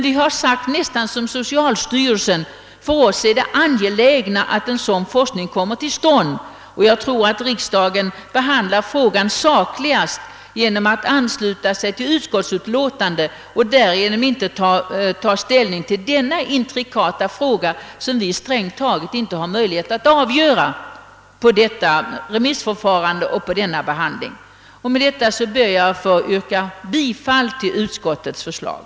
Vi har uttalat oss ungefär som socialstyrelsen, nämligen att det är mest angeläget att en sådan forskning kommer till stånd, och jag tror, att riksdagen behandlar frågan mest sakligt genom att biträda utskottets förslag och alltså inte tar ställning i denna intrikata fråga som vi på grundval av detta remissförfarande och denna utskottsbehandling inte har möjlighet att avgöra. Med det anförda ber jag att få yrka bifall till utskottets förslag.